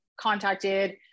contacted